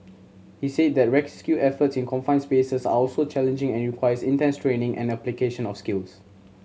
he said that rescue efforts in confined spaces are also challenging and requires intense training and application of skills